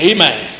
Amen